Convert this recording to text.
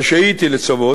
רשאית היא לצוות,